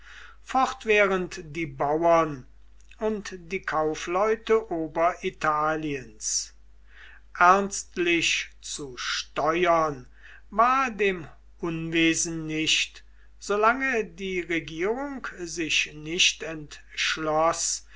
fortwährend die bauern und die kaufleute oberitaliens ernstlich zu steuern war dem unwesen nicht solange die regierung sich nicht